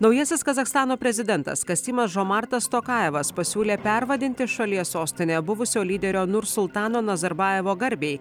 naujasis kazachstano prezidentas kasymas žomartas tokajevas pasiūlė pervadinti šalies sostinę buvusio lyderio nursultano nazarbajevo garbei